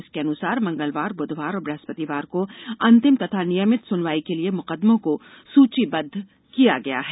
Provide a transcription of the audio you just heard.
इसके अनुसार मंगलवार बुधवार और बृहस्पतिवार को अंतिम तथा नियमित सुनवाई के लिए मुकदमों को सूचीबद्ध किया गया है